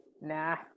Nah